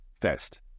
fest